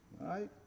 Right